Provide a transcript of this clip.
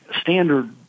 standard